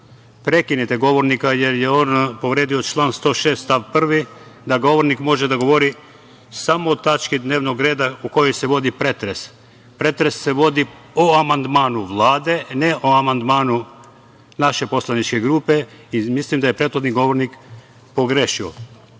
prekinete govornika, jer je on povredio član 106. stav 1. - govornik može da govori samo o tački dnevnog reda o kojoj se vodi pretres. Pretres se vodi o amandmanu Vlade, ne o amandmanu naše poslaničke grupe i mislim da je prethodni govornik pogrešio. Što